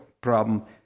problem